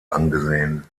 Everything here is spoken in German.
angesehen